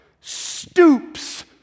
stoops